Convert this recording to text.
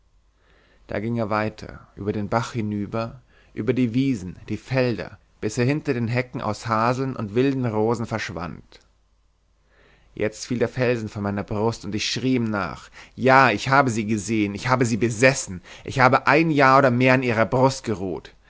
da ging er weiter über den bach hinüber über die wiesen die felder bis er hinter den hecken aus haseln und wilden rosen verschwand jetzt fiel der felsen von meiner brust und ich schrie ihm nach ja ich habe sie gesehen ich habe sie besessen ich habe ein jahr oder mehr an ihrer brust geruht